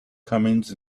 comings